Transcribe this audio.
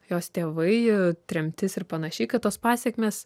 jos tėvai tremtis ir panašiai kad tos pasekmės